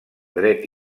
dret